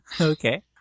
Okay